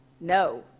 No